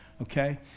Okay